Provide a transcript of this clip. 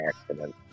accident